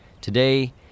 Today